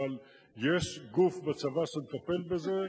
אבל יש גוף בצבא שמטפל בזה,